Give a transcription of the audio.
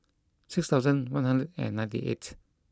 six thousand one hundred and ninety eight